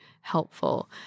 helpful